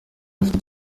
afite